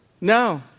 No